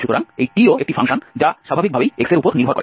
সুতরাং এই t ও একটি ফাংশন যা স্বাভাবিকভাবেই x এর উপর নির্ভর করে